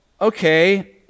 okay